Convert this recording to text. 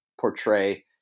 portray